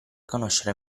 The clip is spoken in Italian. conoscere